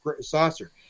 saucer